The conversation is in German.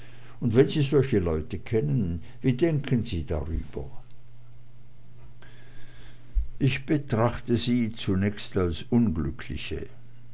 und wenn sie solche leute kennen wie denken sie darüber ich betrachte sie zunächst als unglückliche